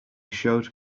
showed